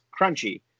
crunchy